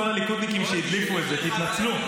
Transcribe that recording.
כל הליכודניקים שהדליפו את זה, תתנצלו.